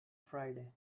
friday